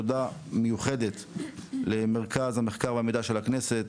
תודה מיוחדת למרכז המחקר והמידע של הכנסת,